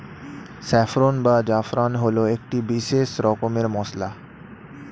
saffron বা জাফরান হল একটি বিশেষ রকমের মশলা